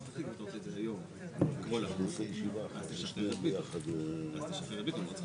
כלומר, תוכניות מרכזיות וגדולות, שלגביהן לא תידרש